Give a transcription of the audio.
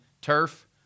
turf